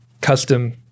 custom